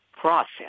process